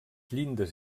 llindes